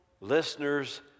listeners